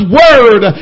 word